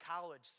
college